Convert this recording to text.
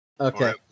Okay